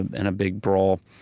and a big brawl,